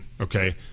okay